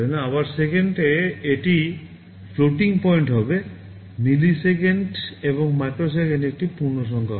আবার সেকেন্ডে এটি ভাসমান পয়েন্ট হবে মিলিসেকেন্ড এবং মাইক্রোসেকেেন্ড এটি পূর্ণসংখ্যা হবে